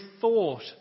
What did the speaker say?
thought